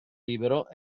libero